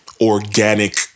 organic